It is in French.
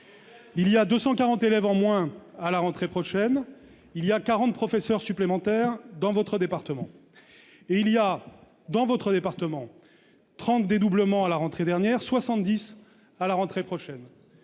il y a 240 élèves en moins à la rentrée prochaine, il y a 40 professeurs supplémentaires dans votre département et il y a dans votre département, 30 dédoublement à la rentrée dernière, 70 à la rentrée prochaine,